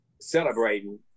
celebrating